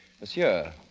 Monsieur